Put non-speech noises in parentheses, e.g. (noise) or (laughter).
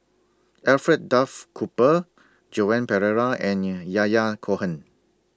Alfred Duff Cooper Joan Pereira and (noise) Yahya Cohen